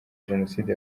jenoside